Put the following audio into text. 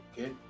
okay